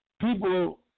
people